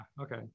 okay